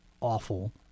awful